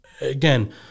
again